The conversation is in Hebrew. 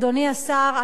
אדוני השר,